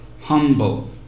humble